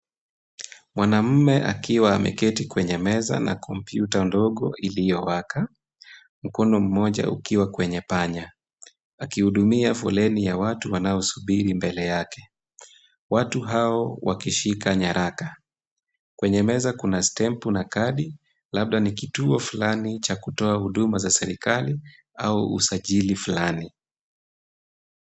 Mwanamme akiwa ameketi kwenye meza na kompyuta ndogo iliyowaka, mkono mmoja ukiwa kwenye panya. Akihudumia foleni ya watu wanaosubiri mbele yake. Watu hao wakishika nyaraka. Kwenye meza kuna stempu na kadi. Labda nikituo fulani cha kutoa huduma za serikali au usajili fulani.